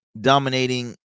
dominating